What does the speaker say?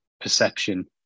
perception